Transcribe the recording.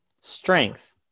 strength